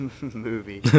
movie